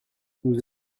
nous